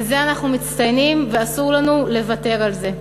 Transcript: בזה אנחנו מצטיינים, ואסור לנו לוותר על זה.